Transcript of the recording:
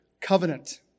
covenant